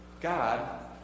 God